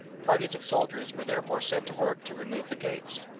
parties of soldiers were therefore set to work to remove the gates.